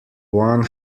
one